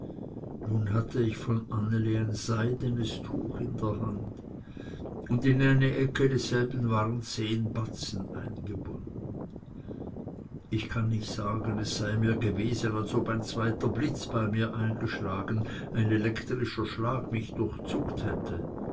nun hatte ich von anneli ein seidenes tuch in der hand und in eine ecke desselben waren zehn batzen eingebunden ich kann nicht sagen es sei mir gewesen als ob ein zweiter blitz bei mir eingeschlagen ein elektrischer schlag mich durchzuckt hätte